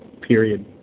period